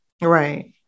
Right